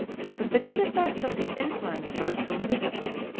but the good effects of his influence were soon visible.